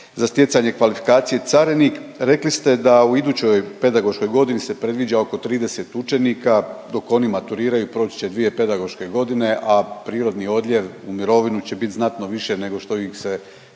za stjecanje kvalifikacije carinik. Rekli ste da u idućoj pedagoškoj godini se previđa oko 30 učenika, dok oni maturiraju proći će dvije pedagoške godine, a prirodni odljev u mirovinu će biti znatno više nego što ih se treba